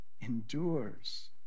endures